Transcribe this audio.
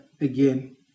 again